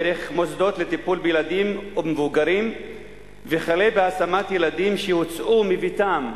דרך מוסדות לטיפול בילדים או מבוגרים וכלה בהשמת ילדים שהוצאו מביתם.